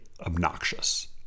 obnoxious